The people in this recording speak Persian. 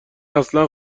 اصلا